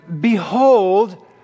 Behold